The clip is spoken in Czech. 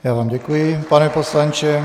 Já vám děkuji, pane poslanče.